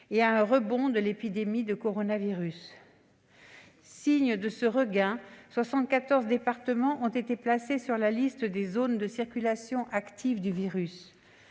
et à un rebond de l'épidémie de coronavirus. Signe de ce regain, 74 départements ont été placés sur la liste des zones de circulation active du virus.